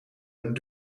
een